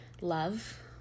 love